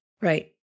Right